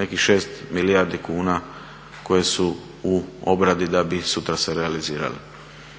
nekih 6 milijardi kuna koje su u obradi da bi sutra se realizirale.